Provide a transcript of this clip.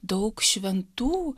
daug šventų